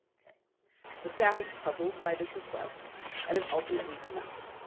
the staff is puzzled by this request and is ultimately denied.